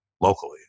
locally